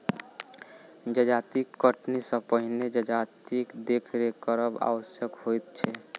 जजाति कटनी सॅ पहिने जजातिक देखरेख करब आवश्यक होइत छै